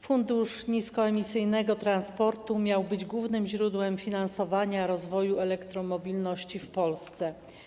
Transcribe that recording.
Fundusz Niskoemisyjnego Transportu miał być głównym źródłem finansowania rozwoju elektromobilności w Polsce.